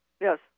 Yes